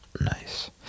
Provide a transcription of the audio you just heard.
Nice